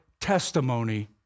testimony